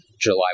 July